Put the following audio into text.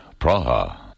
Praha